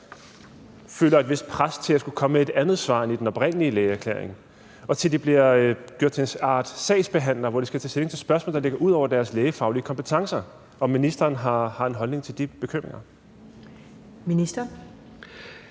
føler et vist pres i forhold til at skulle komme med et andet svar end i den oprindelige lægeerklæring, og at de bliver gjort til en art sagsbehandlere, hvor de skal tage stilling til spørgsmål, der ligger uden for deres lægefaglige kompetencer – har ministeren en holdning til de bekymringer? Kl.